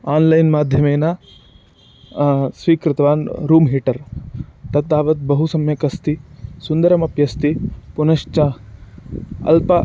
online माध्यमेन स्वीकृतवान् room heater तत् तावत् बहु सम्यक् अस्ति सुन्दरमप्यस्ति पुनश्च अल्पेन